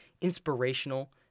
inspirational